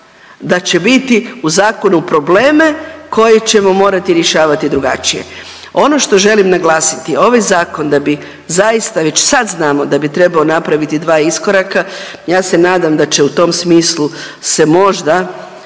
da će biti u zakonu probleme koje ćemo morati rješavati drugačije. Ono što želim naglasiti je ovaj zakon da bi zaista već sad znamo da bi trebao napraviti dva iskoraka. Ja se nadam da će u tom smislu se možda